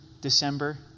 December